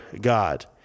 God